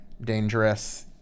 dangerous